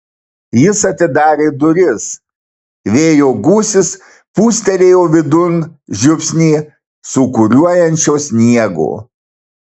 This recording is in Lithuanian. jis atidarė duris vėjo gūsis pūstelėjo vidun žiupsnį sūkuriuojančio sniego